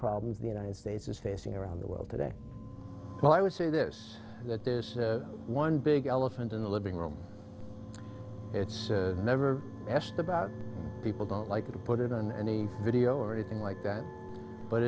problems the united states is facing around the world today well i would say this that this is one big elephant in the living room it's never messed about people don't like to put it on any video or anything like that but